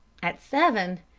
at seven!